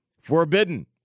forbidden